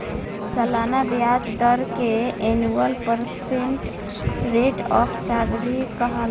सलाना ब्याज दर के annual percent rate of charge भी कहाला